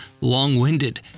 long-winded